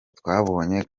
twabonye